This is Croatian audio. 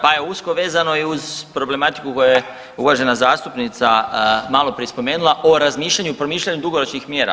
Pa je usko vezano i uz problematiku koju je uvažena zastupnica maloprije spomenula o razmišljaju i promišljanju dugoročnih mjera.